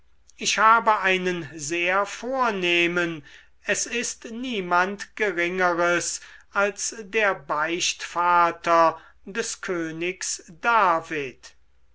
ich habe einen sehr vornehmen es ist niemand geringeres als der beichtvater des königs david